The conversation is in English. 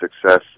success